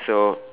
so